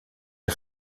est